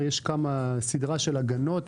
יש סדרה של הגנות,